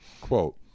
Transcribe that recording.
Quote